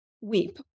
weep